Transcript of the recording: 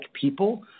people